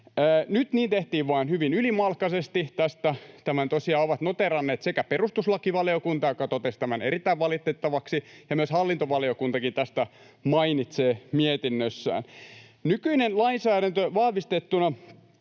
Nyt niin tehtiin vain hyvin ylimalkaisesti. Tämän tosiaan ovat noteeranneet sekä perustuslakivaliokunta, joka totesi tämän erittäin valitettavaksi, että hallintovaliokunta, joka tästä myös mainitsee mietinnössään. Nykyinen lainsäädäntö vahvistettuna